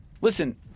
Listen